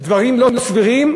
דברים לא סבירים,